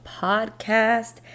Podcast